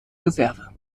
reserve